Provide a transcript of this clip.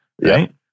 Right